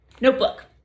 notebook